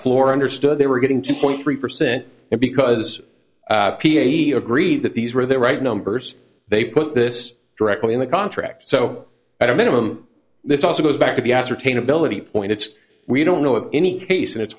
floor understood they were getting two point three percent and because he agreed that these were the right numbers they put this directly in the contract so i don't minimum this also goes back to the ascertain ability point it's we don't know of any case and it's